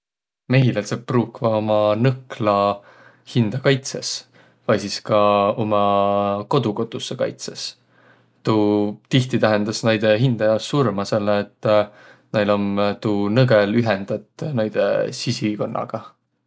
Mehilädseq pruukvaq uma nõkla hindäkaitsõs vai sis ka uma kodokotussõ kaitsõs. Tuu tihti tähendäs näide hindä jaos surma, selle et näil om tuu nõgõl ühendet näide sisikunnagaq.